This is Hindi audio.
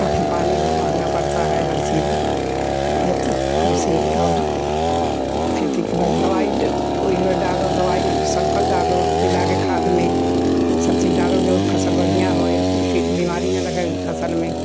फिर पानी भी महँगा पड़ता है हर चीज़ से जितने उनसे और खेती के बाद दवाई डालो दवाई सल्फर डालो मिलाके खाद में सब चीज़ डालो जो फ़सल बढ़िया होए उसकी बीमारी ना लगे उस फसल में